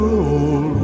old